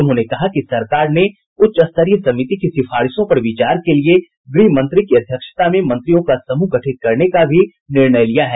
उन्होंने कहा कि सरकार ने उच्चस्तरीय समिति की सिफारिशों पर विचार के लिए गृहमंत्री की अध्यक्षता में मंत्रियों का समूह गठित करने का भी निर्णय लिया है